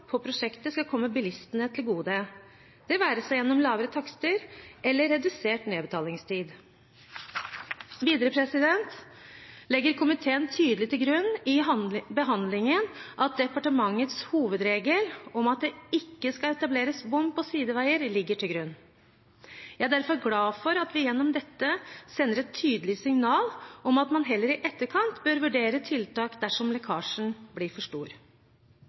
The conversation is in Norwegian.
på prosjektet skal komme bilistene til gode – det være seg gjennom lavere takster eller redusert nedbetalingstid. Videre er komiteen i behandlingen tydelig på at departementets hovedregel om at det ikke skal etableres bom på sideveier, ligger til grunn. Jeg er derfor glad for at vi gjennom dette sender et tydelig signal om at man heller i etterkant bør vurdere tiltak dersom trafikklekkasjen blir for stor.